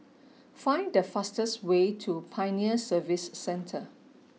find the fastest way to Pioneer Service Centre